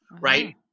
Right